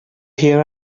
hear